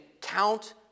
count